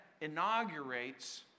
inaugurates